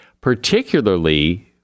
particularly